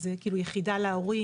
זו כאילו יחידה להורים,